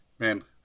Man